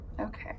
Okay